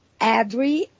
adri